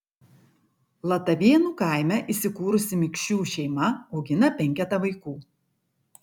latavėnų kaime įsikūrusi mikšių šeima augina penketą vaikų